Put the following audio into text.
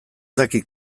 dakit